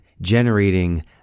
generating